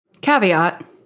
Caveat